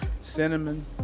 cinnamon